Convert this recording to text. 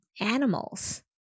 animals